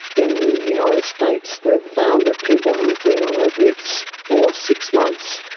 in the united states they've found that people who've been on opiates for six months,